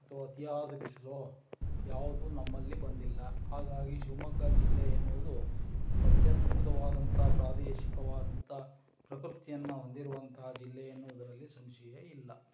ಅಥ್ವಾ ಅತಿಯಾದ ಬಿಸಿಲೋ ಯಾವ್ದೂ ನಮ್ಮಲ್ಲಿ ಬಂದಿಲ್ಲ ಹಾಗಾಗಿ ಶಿವಮೊಗ್ಗ ಜಿಲ್ಲೆ ಎನ್ನುವುದು ಅತ್ಯದ್ಭುತವಾದಂಥ ಪ್ರಾದೇಶಿಕವಾದಂಥ ಪ್ರಕೃತಿಯನ್ನ ಹೊಂದಿರುವಂತಹ ಜಿಲ್ಲೆ ಎನ್ನುವುದರಲ್ಲಿ ಸಂಶಯ ಇಲ್ಲ